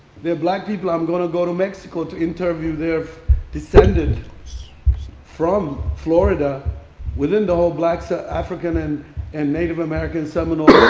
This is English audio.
they're black people. i'm going to go to mexico to interview their descendents from florida within the whole black so african and and native american, seminole,